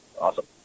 Awesome